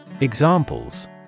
Examples